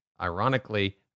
ironically